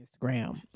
Instagram